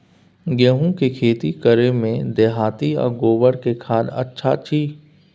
गेहूं के खेती करे में देहाती आ गोबर के खाद अच्छा छी?